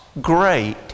great